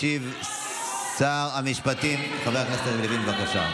ישיב שר המשפטים חבר הכנסת יריב לוין, בבקשה.